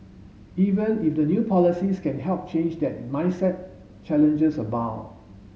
even if the new policies can help change that mindset challenges abound